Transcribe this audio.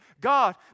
God